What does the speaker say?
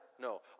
No